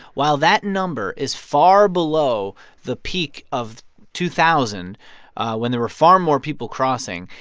while that number is far below the peak of two thousand when there were far more people crossing,